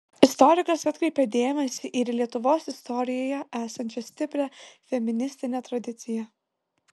istorikas atkreipė dėmesį ir į lietuvos istorijoje esančią stiprią feministinę tradiciją